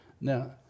Now